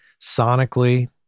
sonically